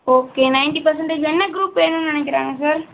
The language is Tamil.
ஓகே நைன்ட்டி பர்சென்டேஜ் என்ன குரூப் வேணுன்னு நினைக்கிறாங்க சார்